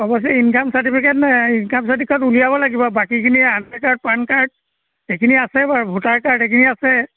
অৱশ্যে income certificate নাই income certificate উলিয়াব লাগিব বাকীখিনি আধাৰ কাৰ্ড পান কাৰ্ড এইখিনি আছে বাৰু ভোটাৰ কাৰ্ড এইখিনি আছে